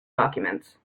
documents